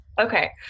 Okay